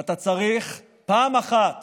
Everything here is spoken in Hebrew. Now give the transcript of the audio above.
ואתה צריך פעם אחת